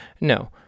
No